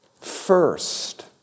First